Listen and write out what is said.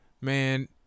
Man –